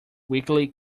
weekly